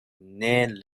naît